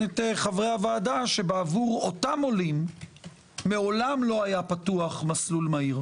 את חברי הוועדה שבעבור אותם עולים מעולם לא היה פתוח מסלול מהיר,